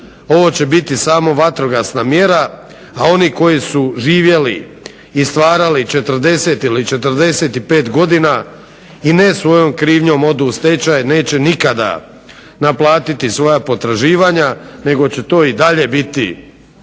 ovo će biti samo vatrogasna mjera, a oni koji su živjeli i stvarali 40 ili 45 godina i ne svojom krivnjom odu u stečaj neće nikada naplatiti svoja potraživanja nego će to i dalje biti